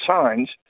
signs